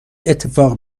اتفاق